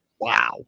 wow